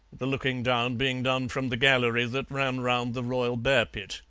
the looking down being done from the gallery that ran round the royal bear-pit.